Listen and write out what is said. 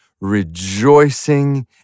rejoicing